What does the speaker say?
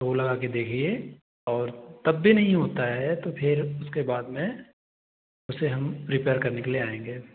तो वह लगा के देखिए और तब भी नही होता है तो फिर उसके बाद में उसे हम रिपेयर करने के लिए आएंगे